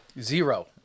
Zero